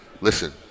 listen